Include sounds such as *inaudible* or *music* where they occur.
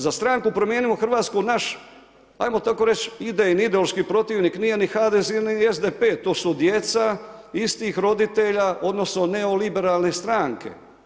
Za stranku Promijenimo Hrvatsku, naš, ajmo tako reći, … *unintelligible* ideološki protivnik nije ni HDZ, ni SDP, to su djeca istih roditelja, odnosno, neoliberalne stranke.